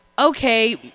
Okay